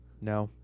No